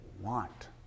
want